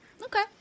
Okay